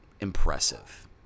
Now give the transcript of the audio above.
impressive